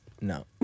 no